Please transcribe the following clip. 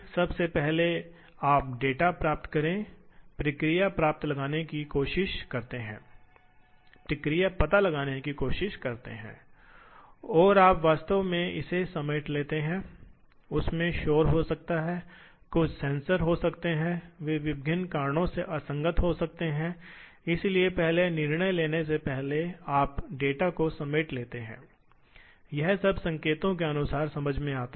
यदि आप निर्दिष्ट हैं यदि आप एक क्लॉकवाइज आर्क निर्दिष्ट किए गए हैं तो यह खींचा जाएगा यदि आप एक एंटी क्लॉकवाइज आर्क निर्दिष्ट हैं तो यह होगा यह कट जाएगा इसलिए इन्हें कंटूरिंग सिस्टम कहा जाता है आप यहां ध्यान दे सकते हैं कि नियंत्रित कटिंग पूरी यात्रा में चलती है और एक सर्कल की तरह कुछ प्रकार के प्रोफाइल प्राप्त करने में सक्षम होने के लिए टेबल के लिए एक्स और वाई अक्ष ड्राइव को उस समोच्च को प्राप्त करने में सक्षम होने के लिए बहुत समन्वित होना पड़ता है